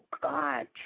God